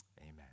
Amen